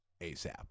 ASAP